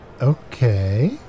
okay